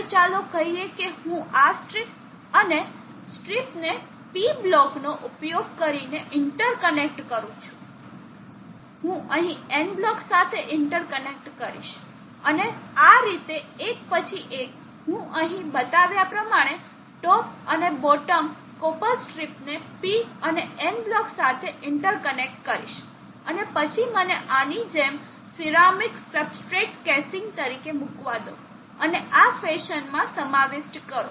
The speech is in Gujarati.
હવે ચાલો કહી શકીએ કે હું આ સ્ટ્રીપ અને સ્ટ્રીપને P બ્લોકનો ઉપયોગ કરીને ઇન્ટરકનેક્ટ કરું છું હું અહીં N બ્લોક સાથે ઇન્ટરકનેક્ટ કરીશ અને આ રીતે એકપછી એક હું અહીં બતાવ્યા પ્રમાણે ટોપ અને બોટમ કોપર સ્ટ્રીપને P અને N બ્લોક સાથે ઇન્ટરકનેક્ટ કરીશ અને પછી મને આની જેમ સિરામિક સબસ્ટ્રેટ કેસીંગ તરીકે મૂકવા દો અને આ ફેશનમાં સમાવિષ્ટ કરો